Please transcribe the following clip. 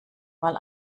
mal